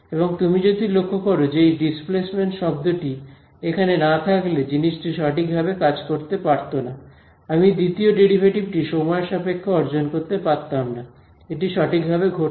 এবং তুমি যদি লক্ষ্য কর যে এই ডিসপ্লেসমেন্ট শব্দটি এখানে না থাকলে জিনিসটি সঠিকভাবে কাজ করতে পারত না আমি দ্বিতীয় ডেরিভেটিভ টি সময়ের সাপেক্ষে অর্জন করতে পারতাম না এটি সঠিকভাবে ঘটত না